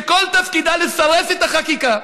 שכל תפקידה לסרס את החקיקה,